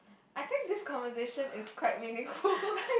I think this conversation is quite meaningful